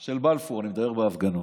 של בלפור, בהפגנות.